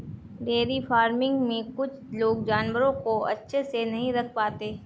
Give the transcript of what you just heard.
dairy farming में कुछ लोग जानवरों को अच्छे से नहीं रख पाते